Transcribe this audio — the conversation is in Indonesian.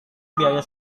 biaya